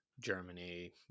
Germany